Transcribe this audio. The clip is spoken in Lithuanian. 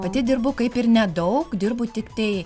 pati dirbu kaip ir nedaug dirbu tiktai